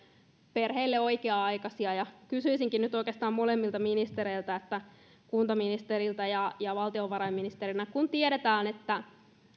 perheille oikea aikaisia kysyisinkin nyt oikeastaan molemmilta ministereiltä kuntaministeriltä ja ja valtiovarainministeriltä kun tiedetään että